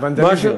מלשון ונדליזם.